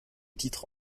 titre